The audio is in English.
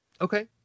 Okay